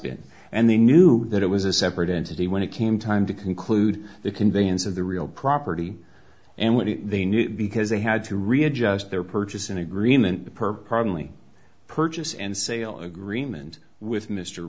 been and they knew that it was a separate entity when it came time to conclude the conveyance of the real property and what they knew because they had to readjust their purchasing agreement per probably purchase and sale agreement with mr